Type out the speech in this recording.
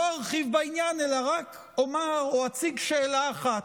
לא ארחיב בעניין אלא רק אומר או אציג שאלה אחת: